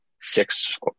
six